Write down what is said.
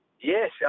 Yes